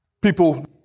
people